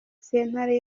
sentare